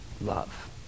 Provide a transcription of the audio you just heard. love